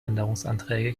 änderungsanträge